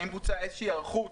האם בוצעה איזושהי הערכות